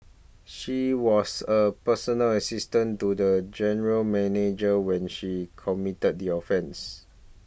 she was a personal assistant to the general manager when she committed the offences